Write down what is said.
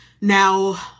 Now